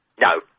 No